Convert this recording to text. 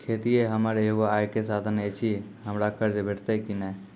खेतीये हमर एगो आय के साधन ऐछि, हमरा कर्ज भेटतै कि नै?